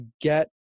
get